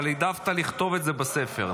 אבל העדפת לכתוב את זה בספר,